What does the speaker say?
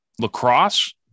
Lacrosse